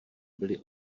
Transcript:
byli